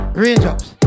raindrops